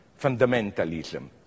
fundamentalism